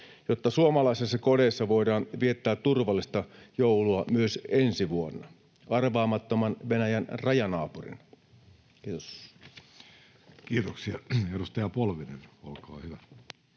jotta suomalaisissa kodeissa voidaan viettää turvallista joulua myös ensi vuonna, arvaamattoman Venäjän rajanaapurina. — Kiitos. Kiitoksia. — Edustaja Polvinen, olkaa hyvä.